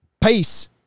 Peace